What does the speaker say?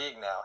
now